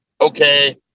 okay